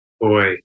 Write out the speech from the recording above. Boy